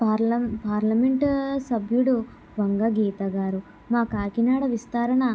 పార్ల parliament సభ్యుడు వంగ గీత గారు మా కాకినాడ విస్తరణ